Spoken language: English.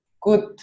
good